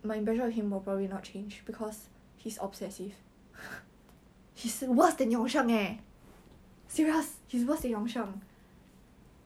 but we will die okay but do you know how stressed um our J_C friends are now